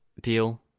deal